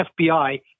FBI